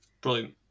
Brilliant